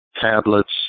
tablets